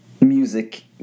Music